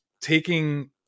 taking